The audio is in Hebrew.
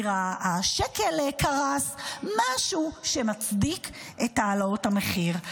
השקל קרס, משהו שמצדיק את העלאות המחיר.